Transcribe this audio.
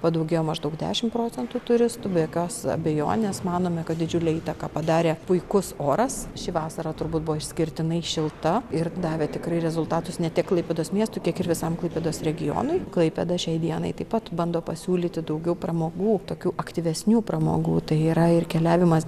padaugėjo maždaug dešim procentų turistų be jokios abejonės manome kad didžiulę įtaką padarė puikus oras ši vasara turbūt buvo išskirtinai šilta ir davė tikrai rezultatus ne tik klaipėdos miestui tiek ir visam klaipėdos regionui klaipėda šiai dienai taip pat bando pasiūlyti daugiau pramogų tokių aktyvesnių pramogų tai yra ir keliavimas